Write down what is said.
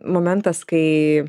momentas kai